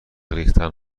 ریختن